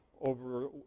over